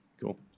Cool